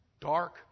Dark